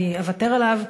אני אוותר עליו,